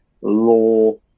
law